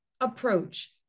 approach